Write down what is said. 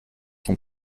son